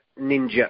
ninja